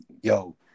yo